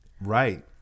Right